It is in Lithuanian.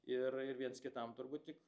ir ir viens kitam turbūt tik